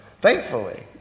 Thankfully